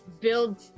Build